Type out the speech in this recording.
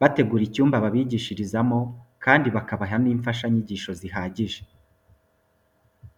bategura icyumba babigishirizamo kandi bakabaha n'imfashanyigisho zihagije.